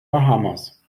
bahamas